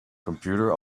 computer